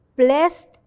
blessed